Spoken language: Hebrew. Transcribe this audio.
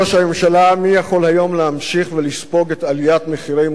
מי יכול היום להמשיך ולספוג את עליית מחירי מוצרי היסוד,